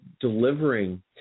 delivering